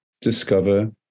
discover